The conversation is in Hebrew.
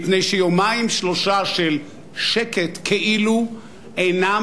מפני שיומיים-שלושה של שקט כאילו אינם